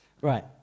right